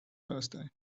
birthday